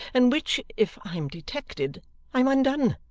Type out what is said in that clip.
in which if i'm detected i'm undone.